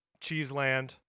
Cheeseland